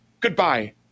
goodbye